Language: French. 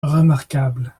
remarquable